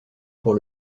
pour